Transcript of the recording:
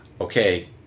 okay